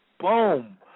Boom